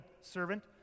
servant